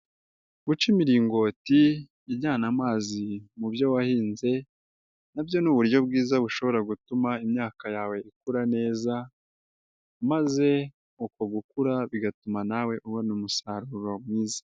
Guca imiringoti ijyana amazi mu byo wahinze, na byo ni uburyo bwiza bushobora gutuma imyaka yawe ikura neza maze uko gukura bigatuma nawe ubona umusaruro mwiza.